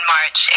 March